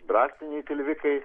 brastiniai tilvikai